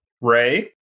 Ray